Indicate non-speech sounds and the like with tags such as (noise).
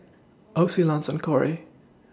Ocie Lance and Kori (noise)